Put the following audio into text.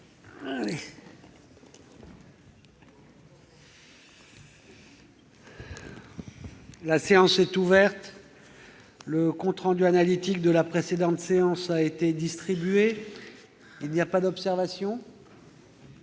La séance est ouverte. Le compte rendu analytique de la précédente séance a été distribué. Il n'y a pas d'observation ?